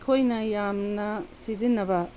ꯑꯩꯈꯣꯏꯅ ꯌꯥꯝꯅ ꯁꯤꯖꯤꯟꯅꯕ